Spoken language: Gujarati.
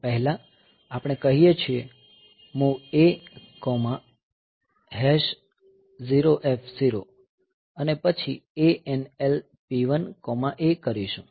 તો પહેલા આપણે કહીએ છીએ MOV A0F0 અને પછી ANL P1A કરીશું